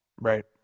Right